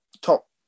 top